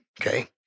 Okay